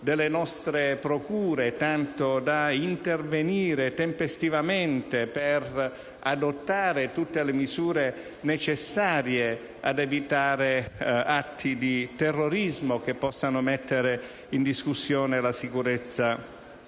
delle nostre procure, tanto da intervenire tempestivamente per adottare tutte le misure necessarie ad evitare atti di terrorismo che possano mettere in discussione la sicurezza